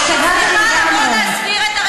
השתגעתם לגמרי?